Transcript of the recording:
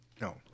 No